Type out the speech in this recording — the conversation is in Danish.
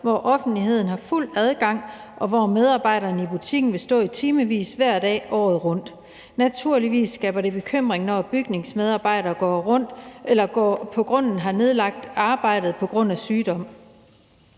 hvor offentligheden har fuld adgang, og hvor medarbejderne i butikken vil stå i timevis hver dag året rundt. Naturligvis skaber det bekymring, når bygningsarbejdere på grunden har nedlagt arbejdet på grund af sygdom.